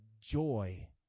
joy